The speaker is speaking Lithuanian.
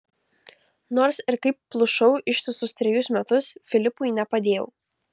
nors ir kaip plušau ištisus trejus metus filipui nepadėjau